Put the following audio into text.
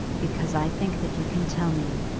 because i think that you can tell me.